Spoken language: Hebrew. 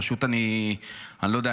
פשוט אני לא יודע,